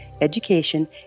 education